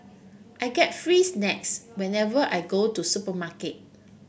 I get free snacks whenever I go to supermarket